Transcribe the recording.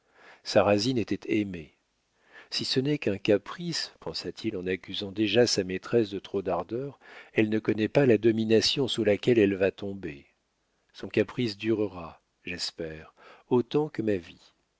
sarrasine était aimé si ce n'est qu'un caprice pensa-t-il en accusant déjà sa maîtresse de trop d'ardeur elle ne connaît pas la domination sous laquelle elle va tomber son caprice durera j'espère autant que ma vie